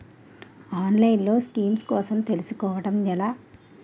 ఆన్లైన్లో స్కీమ్స్ కోసం తెలుసుకోవడం ఎలా?